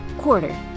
quarter